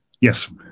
Yes